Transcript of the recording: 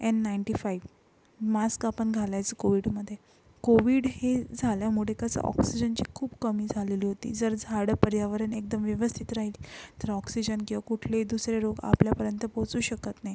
N ninety five mask आपण घालायचं कोविडमध्ये कोविड हे झाल्यामुडे कसं ऑक्सिजनची खूप कमी झालेली होती जर झाडं पर्यावरण एकदम व्यवस्थित राहील तर ऑक्सिजन किंवा कुठलंही दुसरे रोग आपल्यापर्यंत पोहोचू शकत नाही